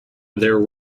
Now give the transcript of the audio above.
their